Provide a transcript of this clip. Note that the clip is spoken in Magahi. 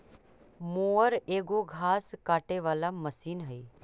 मोअर एगो घास काटे वाला मशीन हई